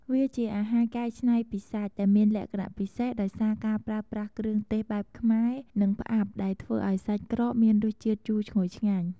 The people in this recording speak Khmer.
វាជាអាហារកែច្នៃពីសាច់ ដែលមានលក្ខណៈពិសេសដោយសារការប្រើប្រាស់គ្រឿងទេសបែបខ្មែរ និង ផ្អាប់ដែលធ្វើឱ្យសាច់ក្រកមានរសជាតិជូរឈ្ងុយឆ្ងាញ់។